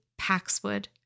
Paxwood